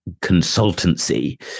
consultancy